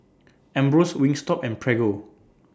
Ambros Wingstop and Prego